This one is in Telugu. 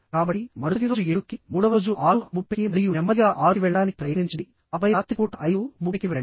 కాబట్టి మరుసటి రోజు 7 కి మూడవ రోజు 630 కి మరియు నెమ్మదిగా 6 కి వెళ్ళడానికి ప్రయత్నించండి ఆపై రాత్రిపూట 530 కి వెళ్ళండి